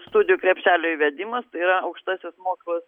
studijų krepšelio įvedimas tai yra aukštasis mokslas